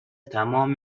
تمام